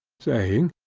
saying,